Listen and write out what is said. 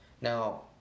Now